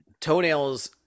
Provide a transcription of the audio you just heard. Toenails